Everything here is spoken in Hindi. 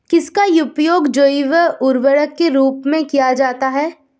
किसका उपयोग जैव उर्वरक के रूप में किया जाता है?